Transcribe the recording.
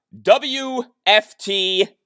WFT